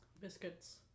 biscuits